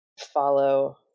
follow